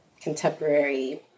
contemporary